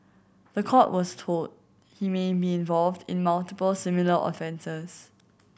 the court was told he may be involved in multiple similar offences